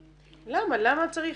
למה, למה צריך?